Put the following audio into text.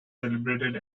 celebrated